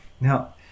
Now